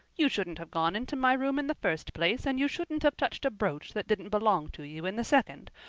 you shouldn't have gone into my room in the first place and you shouldn't have touched a brooch that didn't belong to you in the second.